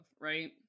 right